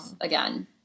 again